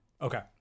okay